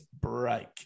break